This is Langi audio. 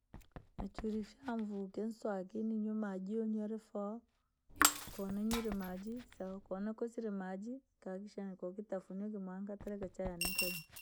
Nachuri fyana mvuke nswakii, ninywe maji yonyirwe foa, koo nanywiree maji sawa koonakoosire maji, nkaakikisha koo vitafuniwa vimware nkaterekaa chai yaane nkanywa.